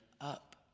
up